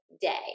day